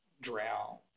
Drow